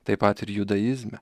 taip pat ir judaizme